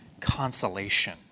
consolation